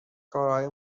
کارهای